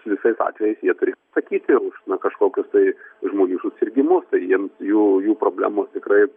visais atvejais jie turi atsakyti už kažkokius tai žmonių susirgimus ir jiems jų jų problemos tikrai